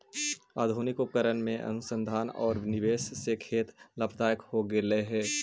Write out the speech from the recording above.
आधुनिक उपकरण में अनुसंधान औउर निवेश से खेत लाभदायक हो गेलई हे